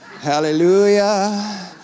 Hallelujah